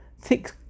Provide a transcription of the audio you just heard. Thick